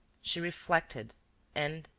she reflected and,